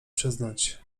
przyznać